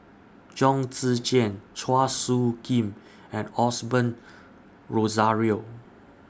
Chong Tze Chien Chua Soo Khim and Osbert Rozario